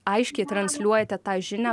aiškiai transliuojate tą žinią